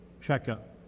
checkup